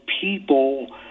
people